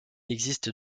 existe